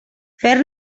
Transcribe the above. fer